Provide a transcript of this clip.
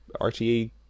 RTE